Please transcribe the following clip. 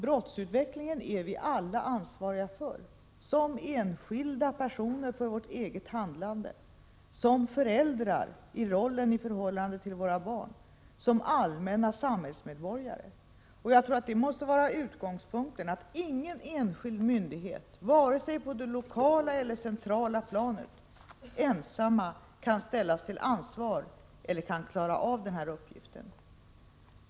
Brottsutvecklingen är vi alla ansvariga för, som enskilda personer i vårt handlande, som föräldrar i förhållandet till våra barn, som samhällsmedborgare i allmänhet. Jag tror att utgångspunkten måste vara att ingen enskild myndighet, varken på det lokala eller på det centrala planet, ensam kan klara den uppgiften.